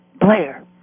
Blair